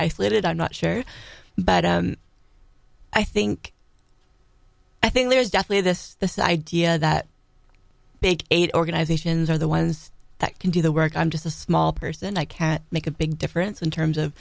isolated i'm not sure but i think i think there's definitely this the so idea that big aid organizations are the ones that can do the work i'm just a small person i can make a big difference in terms of